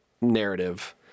narrative